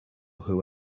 who